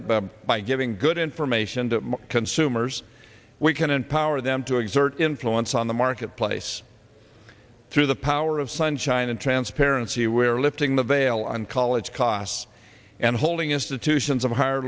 that by giving good information to consumers we can empower them to exert influence on the marketplace through the power of sunshine and transparency where lifting the veil on college costs and holding institutions of higher